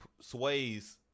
sways